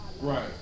Right